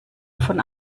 von